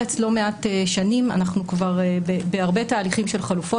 אנחנו בהרבה תהליכים של חלופות,